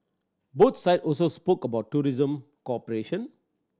both side also spoke about tourism cooperation